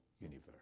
universe